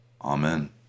Amen